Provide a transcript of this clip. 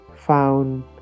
found